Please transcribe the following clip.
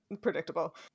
predictable